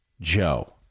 Joe